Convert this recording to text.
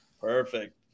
perfect